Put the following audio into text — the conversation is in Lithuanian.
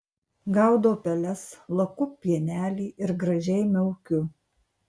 gaudau peles laku pienelį ir gražiai miaukiu